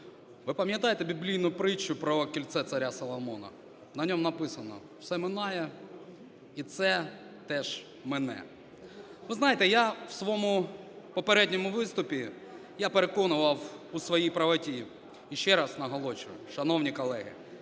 ви пам'ятаєте біблійну притчу про кільце царя Соломона? На ньому написано: "Все минає, і це теж мине". Ви знаєте, я в своєму попередньому виступі, я переконував у своїй правоті і ще раз наголошую, шановні колеги,